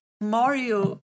mario